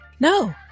No